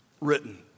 written